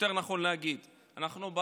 יותר נכון להגיד, אנחנו,